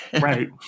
Right